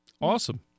awesome